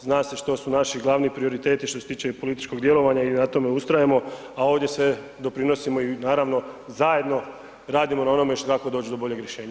Zna se što su naši glavni prioriteti što se tiče i političkog djelovanja i na tome ustrajemo, a ovdje sve doprinosimo i naravno zajedno radimo na onome kako doći do boljeg rješenja.